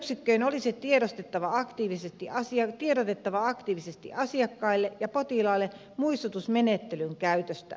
toimintayksikön olisi tiedotettava aktiivisesti asiakkaille ja potilaille muistutusmenettelyn käytöstä